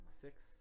six